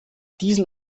diesen